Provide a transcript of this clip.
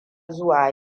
zuwa